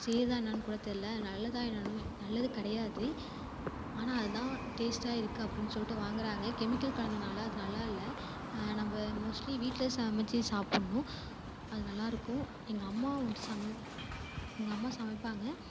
செய்யுதா என்னன்னுகூட தெரியல நல்லதா என்னன்னு நல்லது கிடையாது ஆனால் அதுதான் டேஸ்டாக இருக்குது அப்படின் சொல்லிட்டு வாங்குகிறாங்க கெமிக்கல் கலந்ததனால அது நல்லா இல்லை நம்ம மோஸ்ட்லி வீட்டில் சமைத்து சாப்பிட்ணும் அது நல்லா இருக்கும் எங்கள் அம்மா வந்து சம் எங்கள் அம்மா சமைப்பாங்க